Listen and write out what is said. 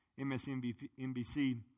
MSNBC